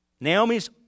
Naomi's